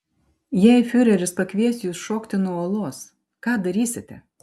jei fiureris pakvies jus šokti nuo uolos ką darysite